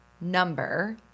number